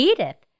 Edith